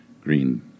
Green